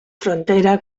frontera